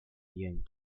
viewing